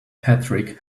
patrick